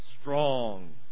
Strong